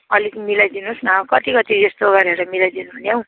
अलिक मिलाइदिनुहोस् न कति कति जस्तो गरेर मिलाइदिनुहुने हौ